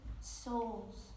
souls